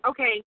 Okay